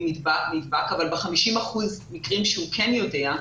נדבק אבל ב-50 אחוזים מקרים שהוא כן יודע,